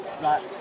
Right